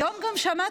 היום גם שמעתי,